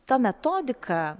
ta metodika